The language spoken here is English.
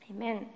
Amen